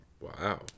Wow